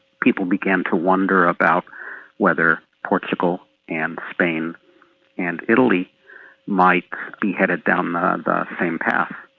people began to wonder about whether portugal and spain and italy might be headed down the ah and same path.